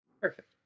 Perfect